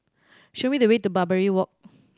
show me the way to Barbary Walk